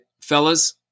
Fellas